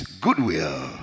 goodwill